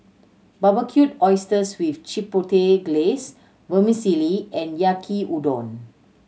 Barbecued Oysters with Chipotle Glaze Vermicelli and Yaki Udon